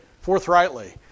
forthrightly